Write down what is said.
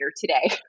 today